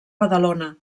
badalona